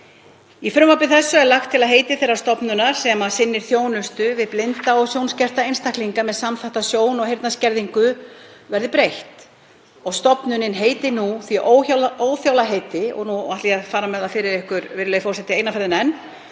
frumvarpinu lagt til að heiti þeirrar stofnunar sem sinnir þjónustu við blinda og sjónskerta einstaklinga með samþætta sjón- og heyrnarskerðingu verði breytt. Stofnunin heitir nú því óþjála heiti, og nú ætla ég að fara með það fyrir ykkur, virðulegi forseti, eina ferðina enn: